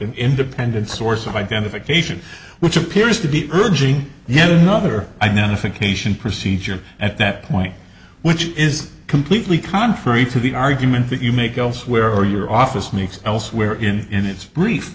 an independent source of identification which appears to be urging yet another identification procedure at that point which is completely contrary to the argument that you make us where are your office makes elsewhere in in its brief